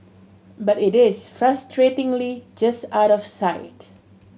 but it is frustratingly just out of sight